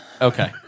okay